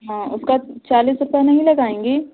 हाँ उसका चालीस रुपया नहीं लगाएँगी